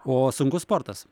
o sunkus sportas